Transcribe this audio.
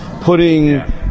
putting